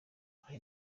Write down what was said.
hari